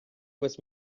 was